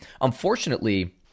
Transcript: unfortunately